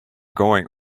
going